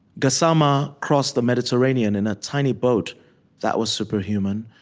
gassama crossed the mediterranean in a tiny boat that was superhuman,